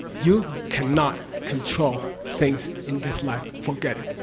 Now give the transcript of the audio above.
you cannot control things in this life. forget it.